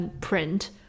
print